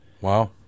Wow